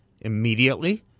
Immediately